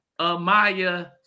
Amaya